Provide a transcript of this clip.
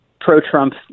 pro-Trump